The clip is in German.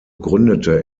gründete